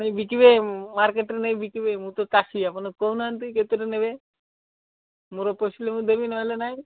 ନେଇ ବିକିବେ ମାର୍କେଟ୍ ରେ ନେଇ ବିକିବେ ମୁଁ ତ ଚାଷୀ ଆପଣ କହୁନାହାନ୍ତି କେତେରେ ନେବେ ମୋର ପୋଶିଲେ ମୁଁ ଦେବି ନହେଲେ ନାହିଁ